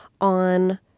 on